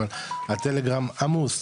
אבל הטלגרם עמוס,